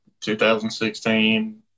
2016